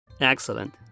Excellent